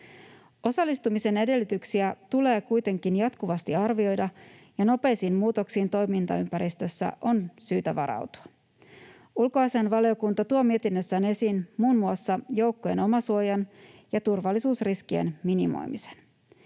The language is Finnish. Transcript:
Osallistumisen edellytyksiä tulee kuitenkin jatkuvasti arvioida, ja nopeisiin muutoksiin toimintaympäristössä on syytä varautua. Ulkoasiainvaliokunta tuo mietinnössään esiin muun muassa joukkojen omasuojan ja turvallisuusriskien minimoimisen.